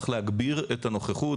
צריך להגביר את הנוכחות,